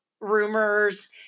rumors